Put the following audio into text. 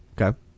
okay